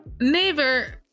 Neighbor